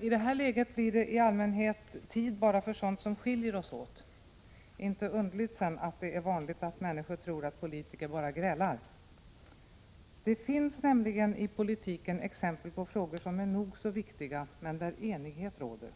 I det läget blir det i allmänhet tid bara för sådant som skiljer oss åt. Inte underligt sedan att det är vanligt att människor tror att politiker bara grälar. Det finns emellertid i politiken exempel på frågor som är nog så viktiga men där enighet råder.